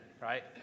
right